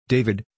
David